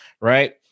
Right